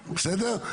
בסדר?